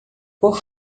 por